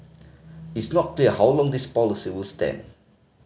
it's not clear how long this policy will stand